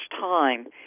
time